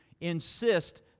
insist